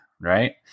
Right